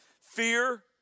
fear